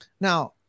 now